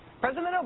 President